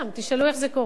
תשאלו, איך זה קורה?